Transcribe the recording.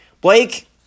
Blake